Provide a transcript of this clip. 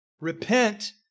Repent